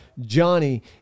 Johnny